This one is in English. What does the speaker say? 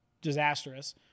disastrous